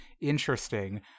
Interesting